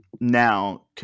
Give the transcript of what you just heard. Now